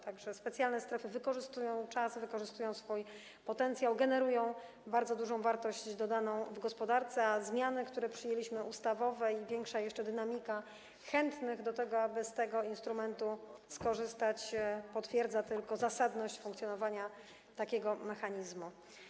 Tak że specjalne strefy wykorzystują czas, wykorzystują swój potencjał, generują bardzo dużą wartość dodaną w gospodarce, a zmiany ustawowe, które przyjęliśmy, i jeszcze większa dynamika chętnych do tego, aby z tego instrumentu skorzystać, potwierdza tylko zasadność funkcjonowania takiego mechanizmu.